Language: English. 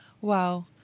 Wow